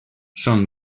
són